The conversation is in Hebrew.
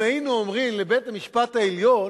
אם היינו אומרים לבית-המשפט העליון: